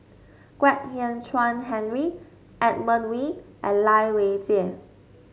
Kwek Hian Chuan Henry Edmund Wee and Lai Weijie